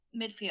midfield